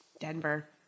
Denver